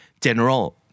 General